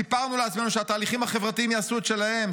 סיפרנו לעצמנו שהתהליכים החברתיים יעשו את שלהם,